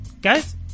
Guys